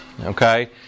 okay